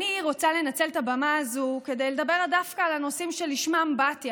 אני רוצה לנצל את הבמה הזאת כדי לדבר דווקא על הנושאים שלשמם באתי.